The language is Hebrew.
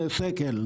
זה שקל.